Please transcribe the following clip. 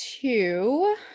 Two